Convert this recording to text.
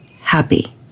Happy